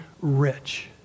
rich